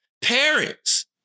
Parents